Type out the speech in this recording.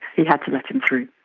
he had to let him through.